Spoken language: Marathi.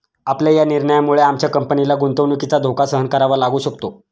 आपल्या या निर्णयामुळे आमच्या कंपनीला गुंतवणुकीचा धोका सहन करावा लागू शकतो